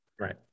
right